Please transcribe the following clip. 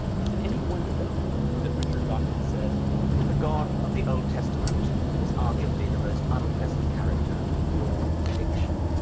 is it any wonder then that richard dawkins said the god of the old testament is? arguably the most unpleasant character in all fiction